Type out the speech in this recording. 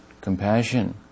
compassion